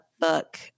book